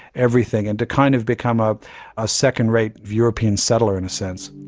everything, and to kind of become ah a second-rate european settler in a sense.